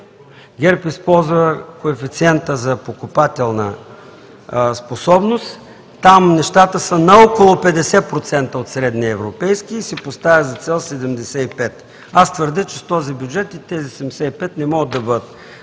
ГЕРБ използва коефициента за покупателна способност. Там нещата са на около 50% от средния европейски и си поставя за цел 75. Аз твърдя, че с този бюджет и тези 75, с философията